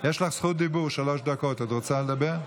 יש לך זכות דיבור שלוש דקות, את רוצה לדבר?